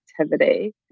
activity